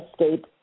escape